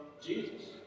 Jesus